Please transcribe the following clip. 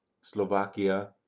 Slovakia